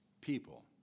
people